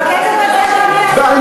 אפשר לחשוב, בקצב הזה, אדוני, לצד הזה.